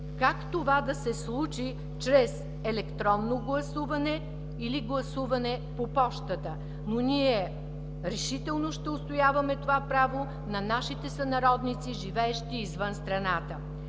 как това да се случи – чрез електронно гласуване или гласуване по пощата, но ние решително ще отстояваме това право на нашите сънародници, живеещи извън страната.